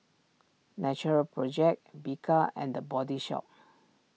Natural Project Bika and the Body Shop